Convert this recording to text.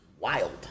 Wild